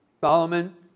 Solomon